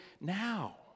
now